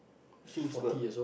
since birth